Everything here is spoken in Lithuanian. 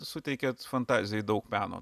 suteikėt fantazijai daug peno